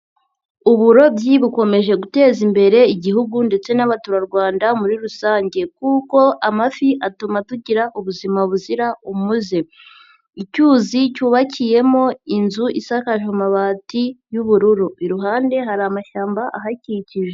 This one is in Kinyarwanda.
Uburobyi bukomeje guteza imbere igihugu ndetse n'abaturarwanda muri rusange kuko amafi atuma tugira ubuzima buzira umuze. Icyuzi cyubakiyemo inzu isakaje amabati y'ubururu. Iruhande hari amashyamba ahakikije.